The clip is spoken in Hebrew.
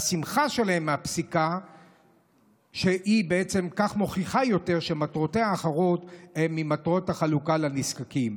השמחה שלהם מהפסיקה מוכיחה שמטרותיהם אחרות ממטרות החלוקה לנזקקים.